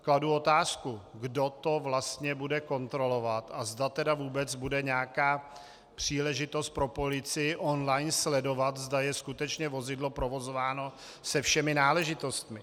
Kladu otázku, kdo to vlastně bude kontrolovat a zda tedy vůbec bude nějaká příležitost pro policii online sledovat, zda je skutečně vozidlo provozováno se všemi náležitostmi.